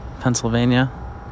Pennsylvania